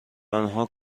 آنها